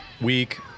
Weak